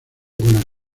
con